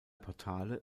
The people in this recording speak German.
portale